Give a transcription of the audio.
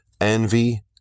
Envy